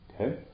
Okay